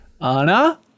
Anna